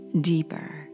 deeper